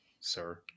sir